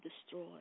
destroyed